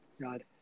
God